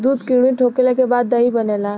दूध किण्वित होखला के बाद दही बनेला